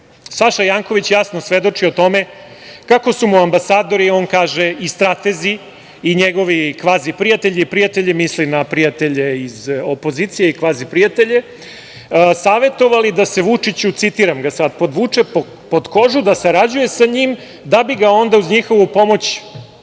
redu. Saša Janković jasno svedoči o tome kako su mu ambasadori, on kaže i stratezi i njegovi kvazi prijatelji, misli na prijatelje iz opozicije i kvazi prijatelje, savetovali da se Vučiću, citiram ga sada – podvuče pod kožu, da sarađuje sa njim, da bi ga onda uz njihovu pomoć,